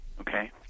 Okay